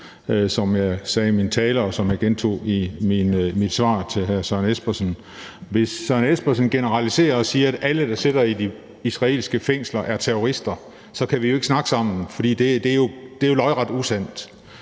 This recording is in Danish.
som jeg sagde i min tale, og som jeg gentog i mit svar til hr. Søren Espersen. Hvis Søren Espersen generaliserer og siger, at alle, der sidder i de israelske fængsler, er terrorister, kan vi jo ikke snakke sammen, for det er lodret usandt.